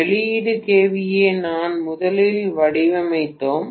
வெளியீடு kVA நான் முதலில் வடிவமைத்தேன்